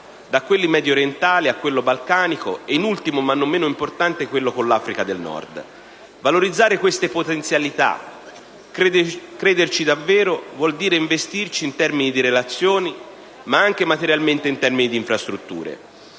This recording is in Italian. da quelli mediorientali, a quello balcanico e, in ultimo, ma non meno importante, quello con l'Africa del Nord. Valorizzare queste potenzialità, crederci davvero, vuol dire investirci in termini di relazioni, ma anche materialmente in termini di infrastrutture.